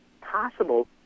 possible